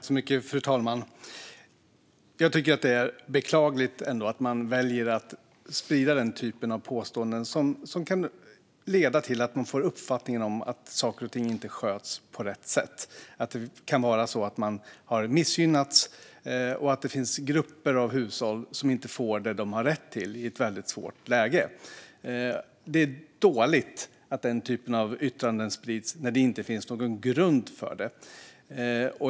Fru talman! Jag tycker ändå att det är beklagligt att man väljer att sprida den typ av påståenden som kan leda till att man får uppfattningen att saker och ting inte sköts på rätt sätt, att det kan vara så att man missgynnats och att det finns grupper av hushåll som inte får det de har rätt till i ett väldigt svårt läge. Det är dåligt att den typen av yttranden sprids när det inte finns någon grund för dem.